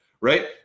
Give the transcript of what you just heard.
Right